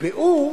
יקבעו